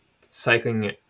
cycling